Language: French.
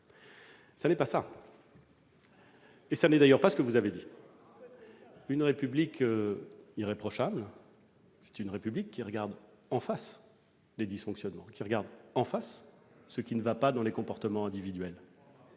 infaillibles. Ce n'est d'ailleurs pas ce que vous avez dit. Une République irréprochable, c'est une République qui regarde en face les dysfonctionnements, qui regarde en face ce qui ne va pas dans les comportements individuels,